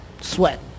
Sweat